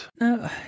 no